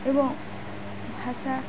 ଏବଂ ଭାଷା